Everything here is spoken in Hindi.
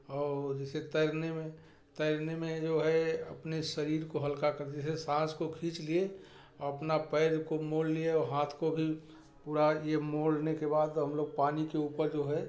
और जैसे तैरने में तैरने में जो है अपने शरीर को हल्का कर जैसे सांस को खींच लिए और अपना पैर को मोड़ लिए और हाथ को भी मुड़ा दिए मोड़ने के बाद हम लोग पानी के ऊपर जो है